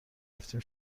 رفتیم